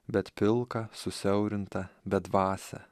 bet pilką susiaurintą bedvasę